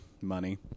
Money